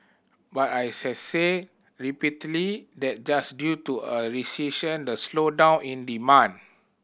but as I said repeatedly that just due to a recession the slowdown in demand